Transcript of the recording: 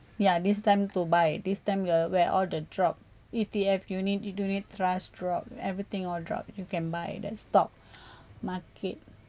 ya this time to buy this time you are where all the drop E_T_F unit unit trust dropped everything all drop you can buy the stock market